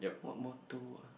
what motto ah